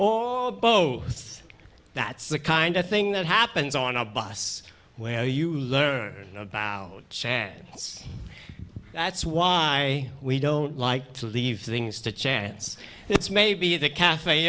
or both that's the kind of thing that happens on a bus where you learn about chad's that's why we don't like to leave things to chance it's maybe the cafe